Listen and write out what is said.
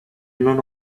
non